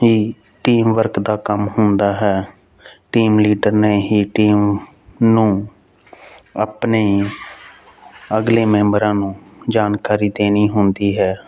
ਹੀ teamwork ਦਾ ਕੰਮ ਹੁੰਦਾ ਹੈ ਟੀਮ ਲੀਡਰ ਨੇ ਹੀ ਟੀਮ ਨੂੰ ਆਪਣੀ ਅਗਲੇ ਮੈਂਬਰਾਂ ਨੂੰ ਜਾਣਕਾਰੀ ਦੇਣੀ ਹੁੰਦੀ ਹੈ